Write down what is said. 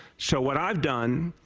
so what i have done,